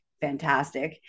fantastic